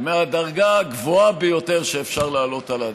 מהדרגה הגבוהה ביותר שאפשר להעלות על הדעת.